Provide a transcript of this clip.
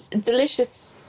delicious